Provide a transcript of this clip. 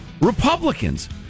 Republicans